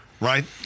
right